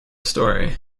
story